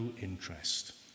interest